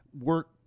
work